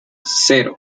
cero